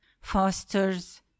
fosters